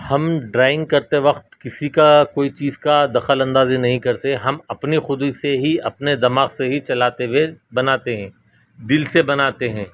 ہم ڈرائنگ کرتے وقت کسی کا کوئی چیز کا دخل اندازی نہیں کرتے ہم اپنے خود سے ہی اپنے دماغ سے ہی چلاتے ہوۓ بناتے ہیں دل سے بناتے ہیں